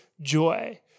joy